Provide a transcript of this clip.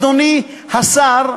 אדוני השר,